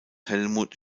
helmuth